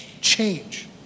change